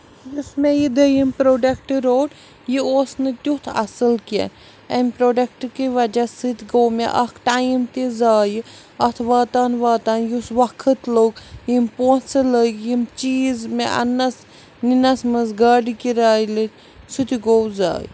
یُس مےٚ یہِ دٔیِم پرٛوڈَکٹ روٚٹ یہِ اوس نہٕ تیُتھ اَصٕل کیٚنہہ اَمہِ پرٛوڈَکٹ کہِ وجہ سۭتۍ گوٚو مےٚ اکھ ٹایم تہِ زایہِ اَتھ واتان واتان یُس وقت لوٚگ یِم پونسہٕ لٔگۍ یِم چیٖز مےٚ اَننَس نِنَس منٛز گاڑِ کِراے لٔہ سُہ تہِ گوٚو زایہِ